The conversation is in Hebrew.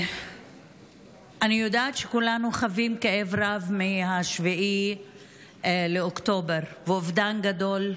אני יודעת שכולנו חווים כאב רב מ-7 באוקטובר ואובדן גדול.